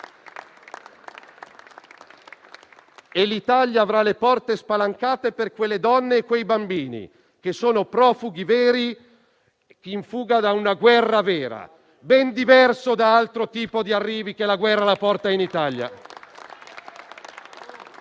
L'Italia avrà le porte spalancate per le donne e i bambini che sono profughi veri in fuga da una guerra vera, ben diversi da altri tipi di arrivi che la guerra porta in Italia.